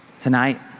Tonight